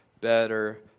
better